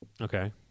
okay